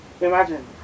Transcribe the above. Imagine